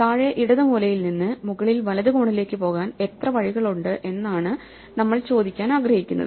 താഴെ ഇടത് മൂലയിൽ നിന്ന് മുകളിൽ വലത് കോണിലേക്ക് പോകാൻ എത്ര വഴികളുണ്ട് എന്നതാണ് നമ്മൾ ചോദിക്കാൻ ആഗ്രഹിക്കുന്നത്